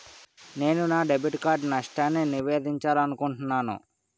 నేను నా debit card నష్టాన్ని నివేదించాలనుకుంటున్నాను